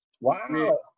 wow